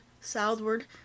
southward